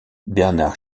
bernard